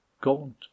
gaunt